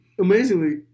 amazingly